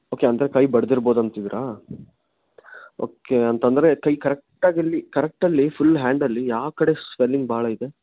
okay ಅಂದರೆ ಕೈ ಬಡೆದಿರ್ಬಹುದು ಅಂತಿದ್ದೀರಾ ಓಕೆ ಅಂತ ಅಂದ್ರೆ ಕೈ ಕರೆಕ್ಟಾಗಿ ಇಲ್ಲಿ ಕರೆಕ್ಟಲ್ಲಿ ಫುಲ್ ಹ್ಯಾಂಡಲ್ಲಿ ಯಾವ ಕಡೆ ಸ್ವೆಲ್ಲಿಂಗ್ ಭಾಳ ಇದೆ